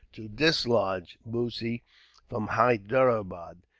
to dislodge bussy from hyderabad.